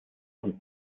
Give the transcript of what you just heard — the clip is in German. und